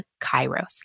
Kairos